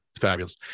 fabulous